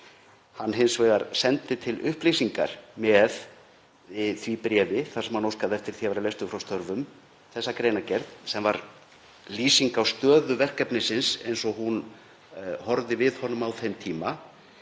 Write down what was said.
sendi hins vegar til upplýsingar með því bréfi þar sem hann óskaði eftir því að verða leystur frá störfum þessa greinargerð sem var lýsing á stöðu verkefnisins eins og hún horfði við honum á þeim tíma.